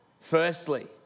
firstly